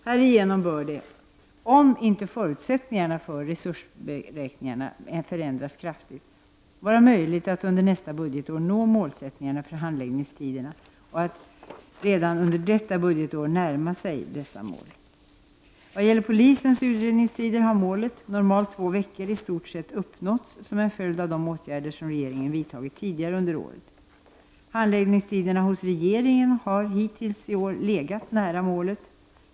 Härigenom bör det -- om inte förutsättningarna för resursberäkningarna förändras kraftigt -- vara möjligt att under nästa budgetår nå målen när det gäller handläggningstiderna och att redan under detta budgetår närma sig dessa mål. I vad gäller polisens utredningstider har målet -- normalt två veckor -- i stort sett uppnåtts som en följd av de åtgärder regeringen vidtagit tidigare under året. Handläggningstiderna hos regeringen har hittills i år legat nära målet.